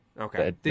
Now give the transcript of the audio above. Okay